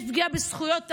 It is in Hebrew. יש פגיעה בזכויות אדם.